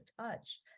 touch